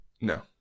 no